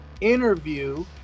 interview